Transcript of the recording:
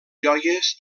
joies